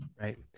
Right